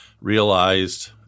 realized